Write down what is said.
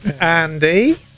Andy